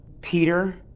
Peter